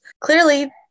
clearly